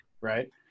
right